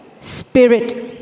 spirit